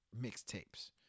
mixtapes